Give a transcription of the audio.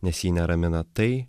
nes jį neramina tai